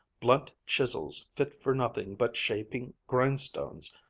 blunt chisels fit for nothing but shaping grindstones.